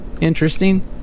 Interesting